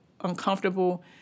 uncomfortable